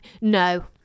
No